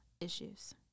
issues